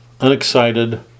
unexcited